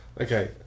okay